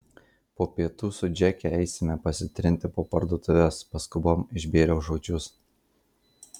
po pietų su džeke eisime pasitrinti po parduotuves paskubom išbėriau žodžius